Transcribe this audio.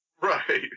Right